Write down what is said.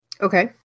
Okay